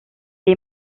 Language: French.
est